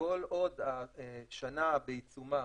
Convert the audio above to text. כל עוד השנה בעיצומה